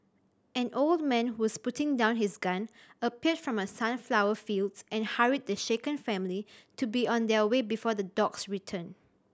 an old man who was putting down his gun appeared from the sunflower fields and hurried the shaken family to be on their way before the dogs return